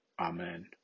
Amen